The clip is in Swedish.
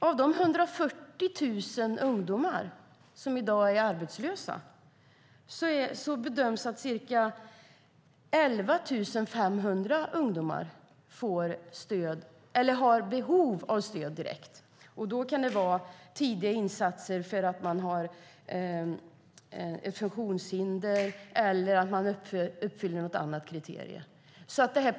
Av de 140 000 ungdomar som är arbetslösa bedöms ca 11 400 ha behov av stöd direkt. Det kan gälla tidiga insatser på grund av funktionshinder eller för att man uppfyller något annat kriterium.